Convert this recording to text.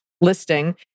listing